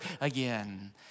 again